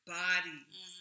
bodies